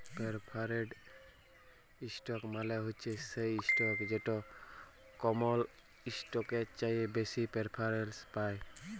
perforated stock মালে হছে সেই ইসটক যেট কমল ইসটকের চাঁঁয়ে বেশি পেরফারেলস পায়